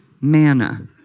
manna